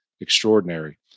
extraordinary